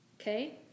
okay